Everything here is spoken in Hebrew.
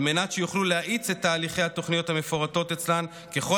על מנת שיוכלו להאיץ את תהליכי התוכניות המפורטות אצלן ככל